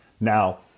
Now